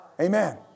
Amen